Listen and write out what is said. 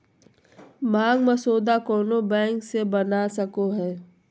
मांग मसौदा कोनो बैंक से बना सको हइ